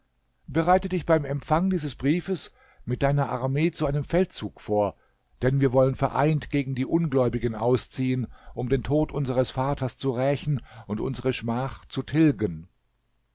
bereite dich beim empfang dieses briefes mit deiner armee zu einem feldzug vor denn wir wollen vereint gegen die ungläubigen ausziehen um den tod unseres vaters zu rächen und unsere schmach zu tilgen